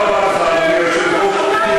תודה רבה לך, אדוני היושב-ראש.